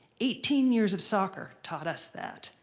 eighteen years of soccer taught us that.